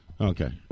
Okay